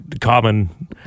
common